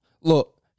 Look